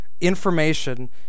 information